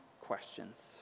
questions